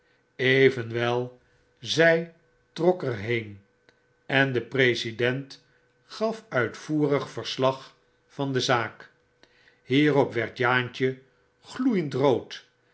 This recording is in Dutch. zjj trok er heen en de president gaf uitvoerig verslag van de zaak hierop werd aantje gloeiend rood